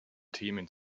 themen